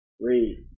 Read